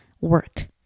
work